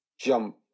jump